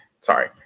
sorry